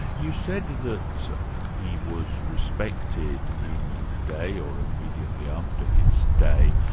you said that he was respected in his day, or immediately after his day,